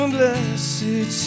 blessed